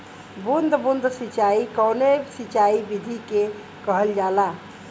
बूंद बूंद सिंचाई कवने सिंचाई विधि के कहल जाला?